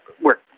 work